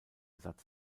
satz